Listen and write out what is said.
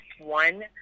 one